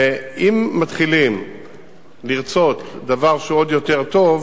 אם מתחילים לרצות דבר שהוא עוד יותר טוב,